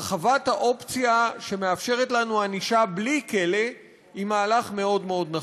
הרחבת האופציה שמאפשרת לנו ענישה בלי כלא היא מהלך מאוד מאוד נכון.